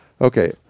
Okay